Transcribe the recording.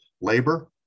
labor